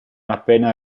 appena